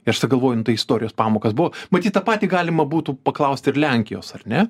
ir aš tai galvoju nu istorijos pamokas buvo matyt tą patį galima būtų paklausti ir lenkijos ar ne